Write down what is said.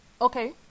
Okay